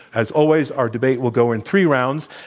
as always, our debate will go in three rounds.